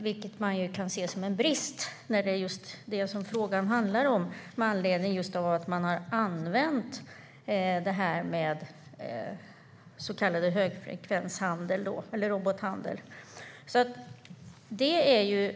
Det kan ju ses som en brist, eftersom det är det som frågan handlar om.